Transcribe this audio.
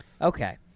Okay